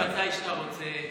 קודם כול, תגיד מתי שאתה רוצה.